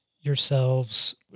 yourselves